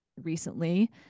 recently